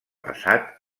passat